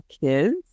kids